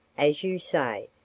as you say.